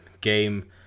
game